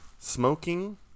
Smoking